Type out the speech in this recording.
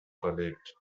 verlegt